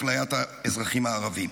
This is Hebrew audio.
אפליית האזרחים הערבים.